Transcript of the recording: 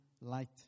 light